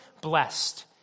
blessed